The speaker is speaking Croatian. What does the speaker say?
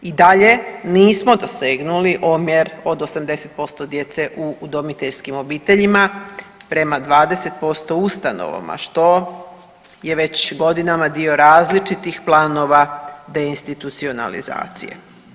I dalje nismo dosegnuli omjer od 80% djece u udomiteljskim obiteljima, prema 20% u ustanovama što je već godinama dio različitih planova de institucionalizacije.